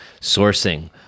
sourcing